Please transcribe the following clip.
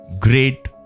great